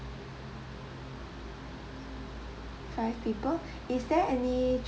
five people is there any